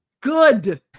Good